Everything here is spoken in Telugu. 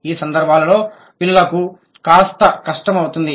ఈ సందర్భాలలో పిల్లలకు కాస్త కష్టం అవుతుంది